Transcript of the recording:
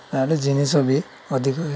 ତା'ହେଲେ ଜିନିଷ ବି ଅଧିକ